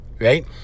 Right